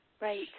Right